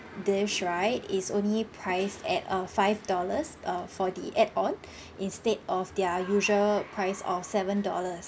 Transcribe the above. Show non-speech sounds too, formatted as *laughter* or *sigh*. dish right is only priced at uh five dollars uh for the add-on *breath* instead of their usual price of seven dollars